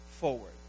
forward